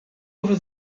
over